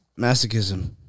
masochism